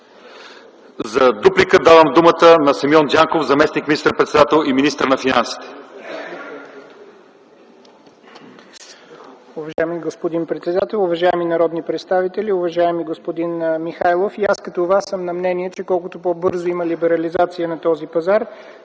За дуплика давам думата на Симеон Дянков – заместник министър-председател и министър на финансите.